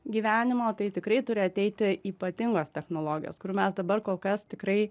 gyvenimo tai tikrai turi ateiti ypatingos technologijos kurių mes dabar kol kas tikrai